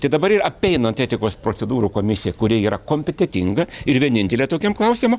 tai dabar ir apeinant etikos procedūrų komisiją kuri yra kompetentinga ir vienintelė tokiam klausimui